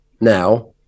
now